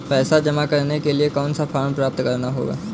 पैसा जमा करने के लिए कौन सा फॉर्म प्राप्त करना होगा?